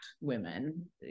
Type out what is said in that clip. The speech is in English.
women